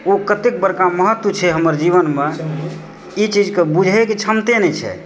ओ कतेक बड़का महत्त्व छै हमर जीवनमे ई चीजके बुझैके क्षमते नहि छै